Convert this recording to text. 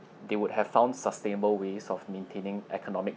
they would have found sustainable ways of maintaining economic